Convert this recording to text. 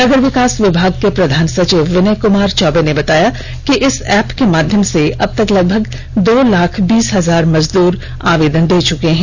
नगर विकास विभाग के प्रधान सचिव विनय कुमार चौबे ने बताया कि इस एप्प के माध्यम से अबतक लगभग दो लाख बीस हजार मजदूर आवेदन दे चुके हैं